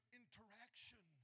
interaction